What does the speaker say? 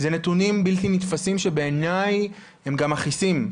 זה נתונים בלתי נתפסים שבעיניי הם גם מכעיסים.